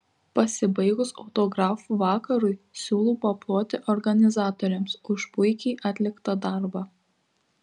pasibaigus autografų vakarui siūlau paploti organizatoriams už puikiai atliktą darbą